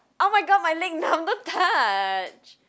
oh-my-god my leg numb don't touch